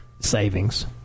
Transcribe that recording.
savings